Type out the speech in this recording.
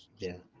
yeah.